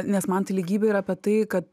nes man tai lygybė yra apie tai kad